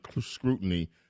scrutiny